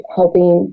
helping